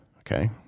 okay